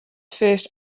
first